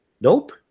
Nope